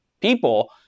people